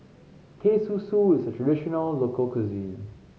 Teh Susu is a traditional local cuisine